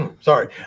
sorry